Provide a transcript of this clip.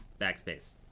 Backspace